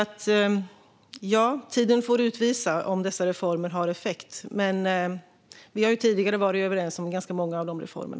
Tiden får utvisa om dessa reformer har effekt. Men vi har som sagt tidigare varit överens om ganska många av dessa reformer.